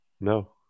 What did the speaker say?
No